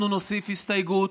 אנחנו נוסיף הסתייגות,